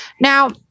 Now